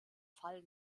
fall